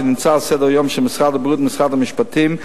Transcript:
שנמצא על סדר-היום של משרד הבריאות ומשרד המשפטים,